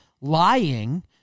lying